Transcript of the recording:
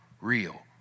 real